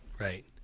Right